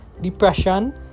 depression